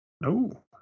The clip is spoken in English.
No